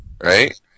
right